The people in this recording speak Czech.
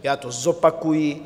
Já to zopakuji.